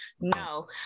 no